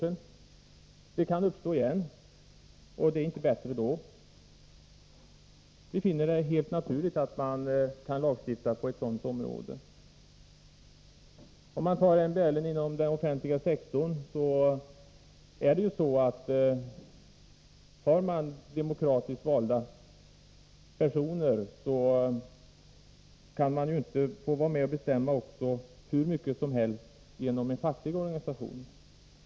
Sådan blockad kan användas igen, och det blir inte bättre då. Vi finner det helt naturligt att det skall gå att lagstifta på ett sådant område. Låt mig sedan beröra MBL inom den offentliga sektorn. Finns det demokratiskt valda personer på ett visst område, kan inte de anställda få vara med och bestämma hur mycket som helst genom en facklig organisation.